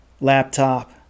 Laptop